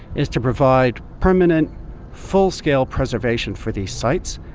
is to provide permanent full-scale preservation for these sites,